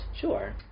Sure